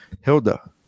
Hilda